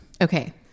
Okay